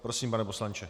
Prosím, pane poslanče.